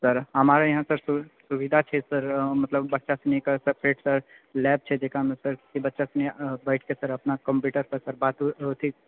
sir हमारे यहाँ sir सुविधा छै सर मतलब बच्चासँ सनिके सेपरेट सर लैब छै जेकरामे सर बच्चा सनि सर बैठके अपना कम्प्यूटर पर सर बातो हेतै